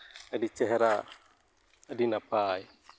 ᱟᱹᱰᱤ ᱪᱮᱦᱨᱟ ᱟᱹᱰᱤ ᱱᱟᱯᱟᱭ